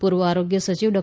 પૂર્વ આરોગ્ય સચિવ ડો